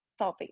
selfie